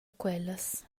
quellas